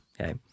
okay